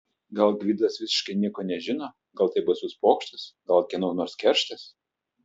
gal gvidas visiškai nieko nežino gal tai baisus pokštas gal kieno nors kerštas